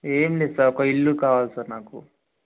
ఏమి లేదు సార్ ఒక ఇల్లు కావాలి సార్ నాకు